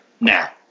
now